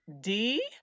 D-